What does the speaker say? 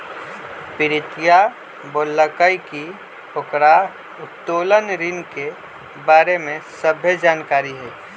प्रीतिया बोललकई कि ओकरा उत्तोलन ऋण के बारे में सभ्भे जानकारी हई